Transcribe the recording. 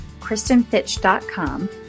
kristenfitch.com